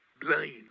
blind